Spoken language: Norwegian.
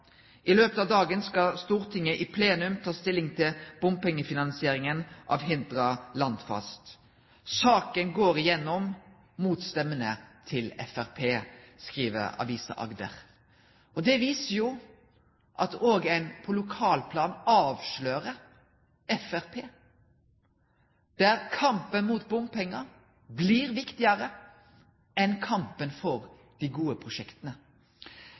løpet av dagen skal Stortinget i plenum ta stilling til bompengefinansieringen av Hidra Landfast. Saken går igjennom – mot stemmene til Frp.» Det viser jo at ein òg på lokalplanet avslører Framstegspartiet, der kampen mot bompengar blir viktigare enn kampen for dei gode prosjekta.